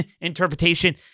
interpretation